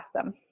awesome